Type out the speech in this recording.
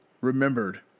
remembered